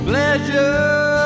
Pleasure